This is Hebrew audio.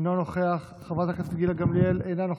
אינו נוכח,